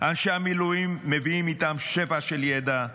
אנשי המילואים מביאים איתם שפע של ידע,